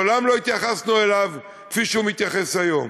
מעולם לא התייחסנו אליו כפי שהוא מתייחס היום.